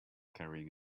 carrying